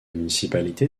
municipalité